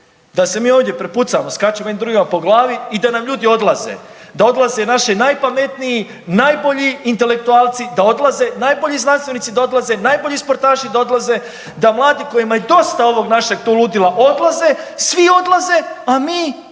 Da se mi ovdje prepucavamo, skačemo jedni drugima po glavi i da nam ljudi odlaze, da odlaze naši najpametniji, najbolji intelektualci da odlaze, najbolje znanstvenici da odlaze, najbolji sportaši da odlaze, da mladi kojima je dosta ovog našeg tu ludila odlaze. Svi odlaze, a mi?